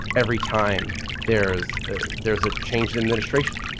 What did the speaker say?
every time there's there's a change in that distraction